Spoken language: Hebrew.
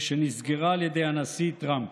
ושנסגרה על ידי הנשיא טראמפ.